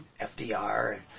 FDR